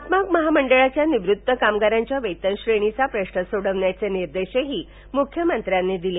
हातमाग महार्मंडळीच्या निवृत्त कामगारांच्या वेतनश्रेणीचा प्रश्न सोडवण्याचे निर्देशही मुख्यमंत्र्यांनी दिले